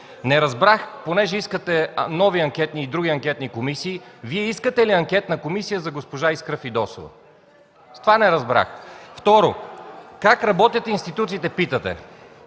не разбрах, понеже искате и други анкетни комисии, Вие искате ли анкетна комисия за госпожа Искра Фидосова? Това не разбрах. Второ, питате как работят институциите.